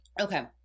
Okay